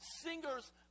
Singers